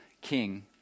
king